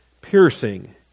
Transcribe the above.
piercing